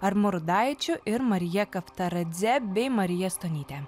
armu rudaičiu ir marija kavtaradze bei marija stonyte